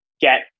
get